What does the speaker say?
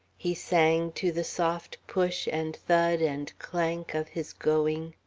he sang to the soft push and thud and clank of his going.